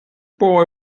boy